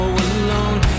alone